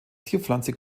zierpflanze